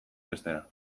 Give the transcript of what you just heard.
bestera